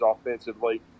offensively